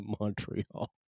Montreal